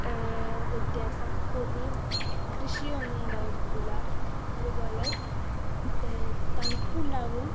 വ്യത്യാസം കൂടുതല് കൃഷിയൊന്നും ഉണ്ടായിരിക്കില്ല അതുപോലെ തണുപ്പുണ്ടാകും